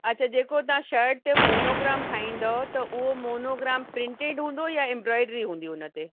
अच्छा जेको तव्हां शर्ट ते मोनोग्राम ठाहींदौ त उहो मोनोग्राम प्रिंटेड हूंदो यां इम्ब्रोएडिरी हूंदी हुन ते